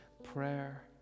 Prayer